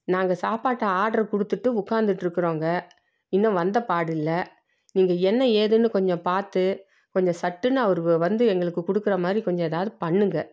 நாங்கள் சாப்பாட்டை ஆர்டர் கொடுத்துட்டு உட்கார்ந்துட்டு இருக்குறோங்க இன்னும் வந்தப்பாடு இல்லை நீங்கள் என்ன ஏதுன்னு கொஞ்சம் பார்த்து கொஞ்சம் சட்டுன்னு அவர் வந்து எங்களுக்கு கொடுக்குற மாதிரி கொஞ்சம் எதாவது பண்ணுங்கள்